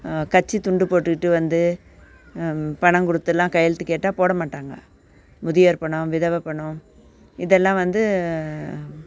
கட்சி துண்டு போட்டுக்கிட்டு வந்து பணம் கொடுத்துலாம் கையெழுத்து கேட்டால் போட மாட்டாங்க முதியோர் பணம் விதவை பணம் இதெல்லாம் வந்து